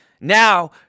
Now